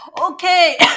okay